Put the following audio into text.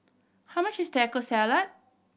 how much is Taco Salad